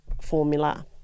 formula